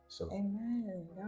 Amen